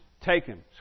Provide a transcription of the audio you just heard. taken